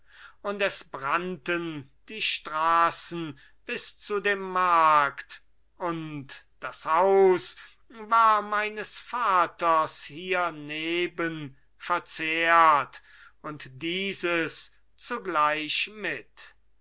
und es brannten die straßen bis zu dem markt und das haus war meines vaters hierneben verzehrt und dieses zugleich mit